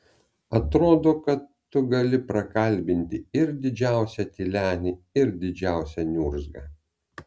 atrodo kad tu gali prakalbinti ir didžiausią tylenį ir didžiausią niurzgą